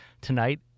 tonight